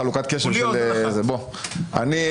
אני,